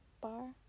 bar